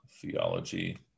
theology